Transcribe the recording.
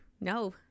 No